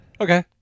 okay